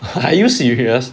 are you serious